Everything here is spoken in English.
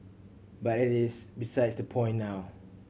but that is besides the point now